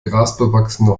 grasbewachsene